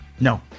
No